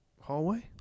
hallway